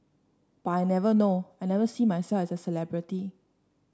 but I never know I never see myself as a celebrity